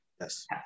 Yes